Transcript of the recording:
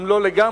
אם לא לגמרי,